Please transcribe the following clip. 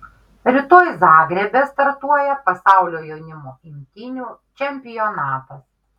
rytoj zagrebe startuoja pasaulio jaunimo imtynių čempionatas